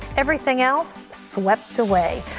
everything else swept away.